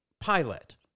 pilot